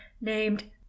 named